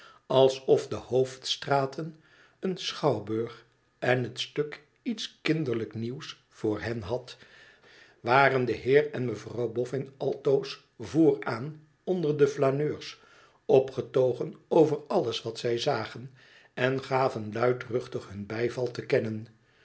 alsof de hoofdstraten een schouwburg en het stok iets kinderlijk nieuws voor hen had waren de heer en mevrouw boffin altoos vooraan onder de flaneurs opgetogen over alles wat zij zagen en gaven luidruchtig hun bijval te kennen